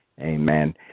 Amen